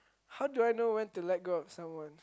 how do I know when to let go of someone